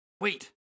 Wait